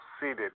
seated